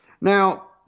Now